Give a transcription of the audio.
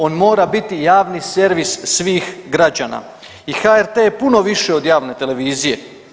On mora biti javni servis svih građana i HRT je puno više od javne televizije.